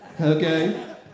okay